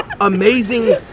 amazing